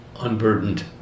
unburdened